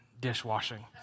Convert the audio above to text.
dishwashing